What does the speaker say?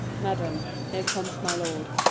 madam, here comes my lord.